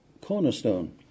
cornerstone